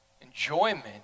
enjoyment